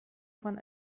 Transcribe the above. von